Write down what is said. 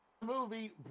movie